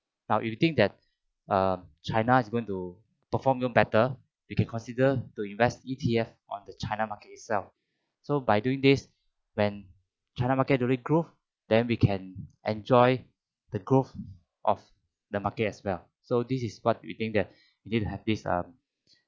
now if you think that err china is going to perform you better you can consider to invest E_T_F on the china market itself so by doing this when china market during growth then we can enjoy the growth of the market as well so this is what we think that we need to have this um